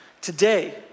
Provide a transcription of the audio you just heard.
today